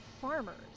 farmers